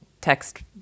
text